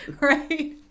right